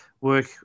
work